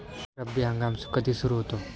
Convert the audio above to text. रब्बी हंगाम कधी सुरू होतो?